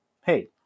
hey